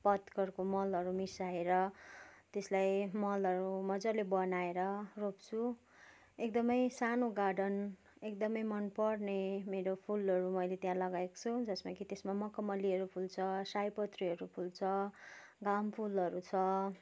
पत्करको मलहरू मिसाएर त्यसलाई मलहरू मजाले बनाएर रोप्छु एकदमै सानो गार्डन एकदमै मनपर्ने मेरो फुलहरू मैले त्यहाँ लगाएको छु जस्तो कि त्यसमा मखमलीहरू फुल्छ सयपत्रीहरू फुल्छ घामफुलहरू छ